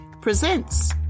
presents